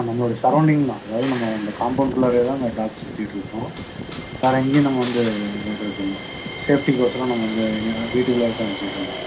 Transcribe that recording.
இப்போ நம்மளோட சரௌண்டிங் தான் அதாவது நம்ம இந்த காம்பௌண்ட்க்குள்ளாரையே தான் அந்த டாக்ஸ் சுற்றிட்ருக்கும் வேறு எங்கேயும் நம்ம வந்து விட்றதில்லை சேஃப்ட்டிக்கோசரம் நம்ப வந்து எங்கையா வீட்டுக்குள்ளே தான் வச்சிகிட்டு இருக்கிறோம்